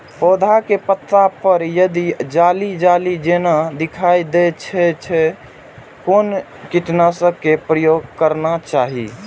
पोधा के पत्ता पर यदि जाली जाली जेना दिखाई दै छै छै कोन कीटनाशक के प्रयोग करना चाही?